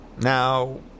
Now